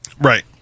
Right